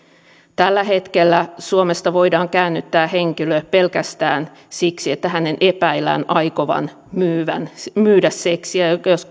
tällä hetkellä suomesta voidaan käännyttää henkilö pelkästään siksi että hänen epäillään aikovan myydä seksiä jos